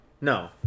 No